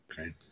Okay